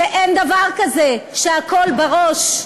שאין דבר כזה, שהכול בראש.